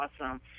awesome